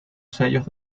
sellos